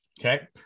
Okay